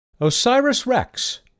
OSIRIS-REx